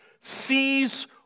sees